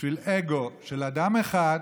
בשביל אגו של אדם אחד,